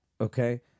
Okay